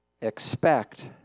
expect